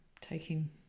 taking